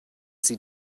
sie